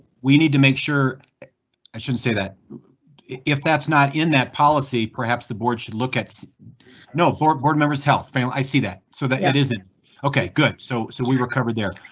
we need to make sure i shouldn't say that if that's not in that policy. perhaps the board should look at no four board members. health family. i see that so that it isn't ok. good so. so we recovered there,